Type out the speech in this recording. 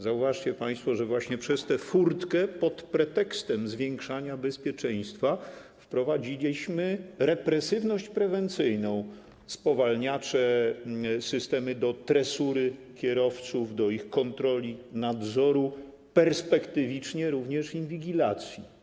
Zauważcie państwo, że przez tę furtkę, pod pretekstem zwiększania bezpieczeństwa, wprowadziliśmy represywność prewencyjną: spowalniacze, systemy do tresury kierowców, do ich kontroli, nadzoru, perspektywicznie również inwigilacji.